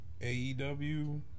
AEW